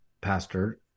pastor